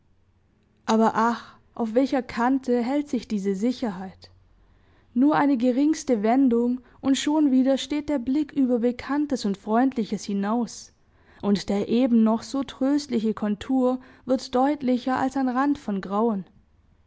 aber ach auf welcher kante hält sich diese sicherheit nur eine geringste wendung und schon wieder steht der blick über bekanntes und freundliches hinaus und der eben noch so tröstliche kontur wird deutlicher als ein rand von grauen